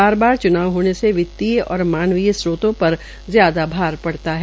बार बार च्नाव होने से वित्तीय और मानवीय स्त्रोतों पर ज्यादा भार पड़ता है